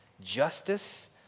justice